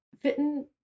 fitting